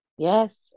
Yes